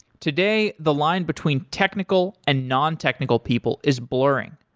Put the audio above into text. today, the line between technical and non-technical people is blurring.